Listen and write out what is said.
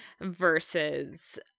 versus